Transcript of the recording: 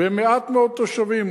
ומעט מאוד תושבים,